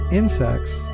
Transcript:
insects